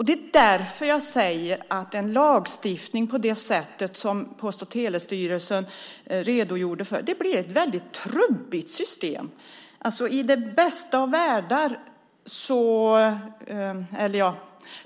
Det är därför jag säger att en lagstiftning på det sätt som Post och telestyrelsen redogjorde för blir ett väldigt trubbigt system.